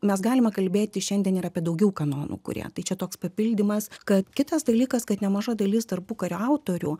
mes galime kalbėti šiandien ir apie daugiau kanonų kurie tai čia toks papildymas kad kitas dalykas kad nemaža dalis tarpukario autorių